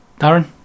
Darren